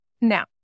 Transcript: now